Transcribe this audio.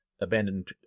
abandoned